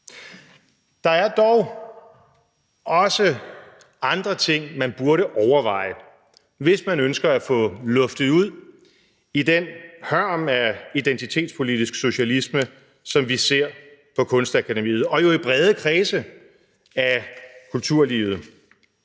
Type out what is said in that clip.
Der er dog også andre ting, man burde overveje, hvis man ønsker at få luftet ud i den hørm af identitetspolitisk socialisme, som vi jo ser på Kunstakademiet og i brede kredse af kulturlivet.